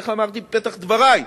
איך אמרתי בפתח דברי?